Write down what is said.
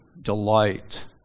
delight